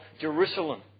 Jerusalem